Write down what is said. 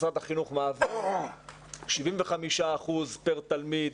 משרד החינוך מעביר 75% פר תלמיד.